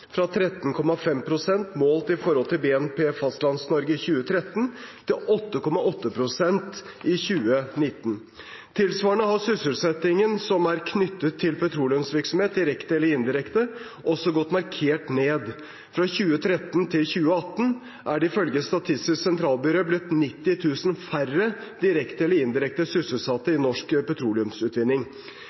fra 13,5 pst. målt i forhold til BNP Fastlands-Norge i 2013 til 8,8 pst. i 2019. Tilsvarende har sysselsettingen som er knyttet til petroleumsvirksomheten, direkte eller indirekte, også gått markert ned. Fra 2013 til 2018 er det ifølge Statistisk sentralbyrå blitt 90 000 færre direkte eller indirekte sysselsatte i norsk petroleumsutvinning.